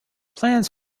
plans